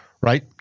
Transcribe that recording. Right